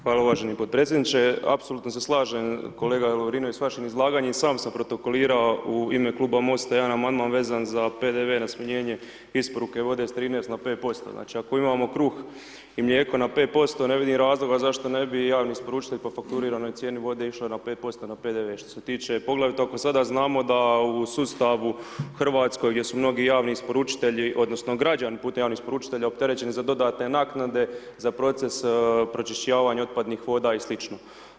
Hvala uvaženi podpredsjedniče, apsolutno se slažem kolega Lovrinović s vašim izlaganjem i sam sam protokolirao u ime Kluba MOST-a jedan amandman vezan za PDV na smanjenje isporuke vode s 13 na 5%, znači ako imamo kruh i mlijeko na 5% ne vidim razloga zašto ne bi i jedan isporučitelj po fakturiranoj cijeni vode išo na 5% na PDV, što se tiče poglavito ako sada znamo da u sustavu u Hrvatskoj gdje su mnogi javni isporučitelji odnosno građani putem javnih isporučitelja opterećeni za dodatne naknade za proces pročišćavanja otpadnih voda i sl.